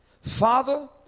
Father